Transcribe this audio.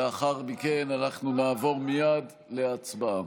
לאחר מכן אנחנו נעבור מייד להצבעה.